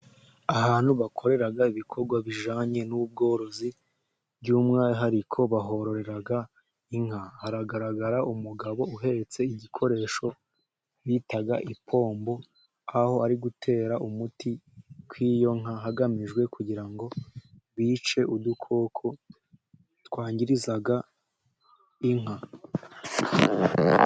Ahantu bakorera ibikorwa bijyananye n'ubworozi, by'umwihariko bahororera inka, Hagaragara umugabo uhetse igikoresho bita ipombo, aho ari gutera umuti ku iyo nka, hagamijwe kugira ngo bice udukoko twangiriza inka.